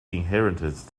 inheritance